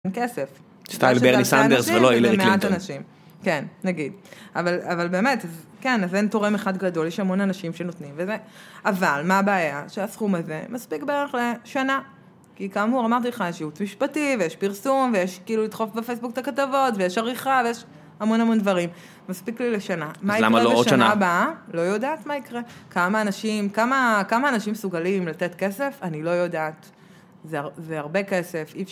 כסף. סטייל ברי סנדרס ולא הילארי קלינטון. כן, נגיד. אבל באמת, כן, אז אין תורם אחד גדול, יש המון אנשים שנותנים. אבל, מה הבעיה? שהסכום הזה מספיק בערך לשנה. כי כאמור, אמרתי לך, יש יעוץ משפטי, ויש פרסום, ויש כאילו לדחוף בפייסבוק את הכתבות, ויש עריכה, ויש המון המון דברים. מספיק לי לשנה. אז למה לא עוד שנה? מה יקרה בשנה הבאה? לא יודעת מה יקרה. כמה אנשים, כמה אנשים מסוגלים לתת כסף? אני לא יודעת. זה הרבה כסף. אי אפשר..